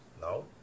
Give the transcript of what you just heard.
No